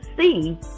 see